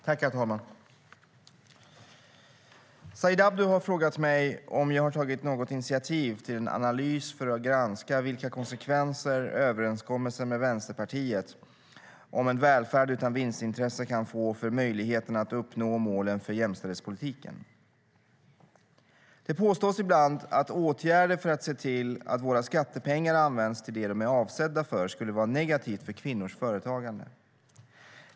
Herr talman! Said Abdu har frågat mig om jag har tagit något initiativ till en analys för att granska vilka konsekvenser överenskommelsen med Vänsterpartiet om "en välfärd utan vinstintresse" kan få för möjligheten att uppnå målen för jämställdhetspolitiken. Det påstås ibland att åtgärder för att se till att våra skattepengar används till det de är avsedda för skulle vara negativt för kvinnors företagande.